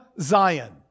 Zion